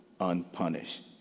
unpunished